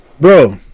bro